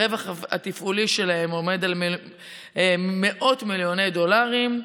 הרווח התפעולי שלהם עומד על מאות מיליוני דולרים,